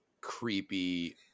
creepy